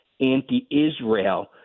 anti-israel